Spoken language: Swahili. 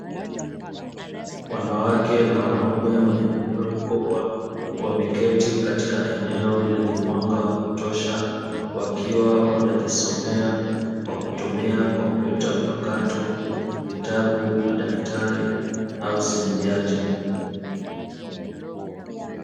Wanawake na wanaume wenye umri mkubwa wameketi katika eneo lenye mwanga wa kutosha wakiwa wanajisomea kwa kutumia kompyuta mpakato, vitabu, madaftari au simu janja.